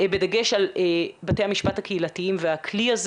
בדגש על בתי המשפט הקהילתיים והכלי הזה